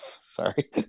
Sorry